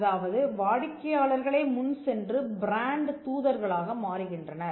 அதாவது வாடிக்கையாளர்களே முன்சென்று பிராண்ட் தூதர்களாக மாறுகின்றனர்